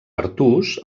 artús